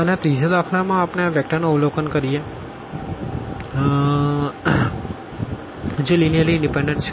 અને આ ત્રીજ દાખલા માં આપણે આ વેક્ટર નું અવલોકન કરીએ v1111Tv2110Tv3100Tv4101Tજે લીનીઅર્લી ઇનડીપેનડન્ટ છે